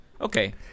Okay